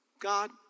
God